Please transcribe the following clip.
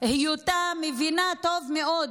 היותה מבינה טוב מאוד.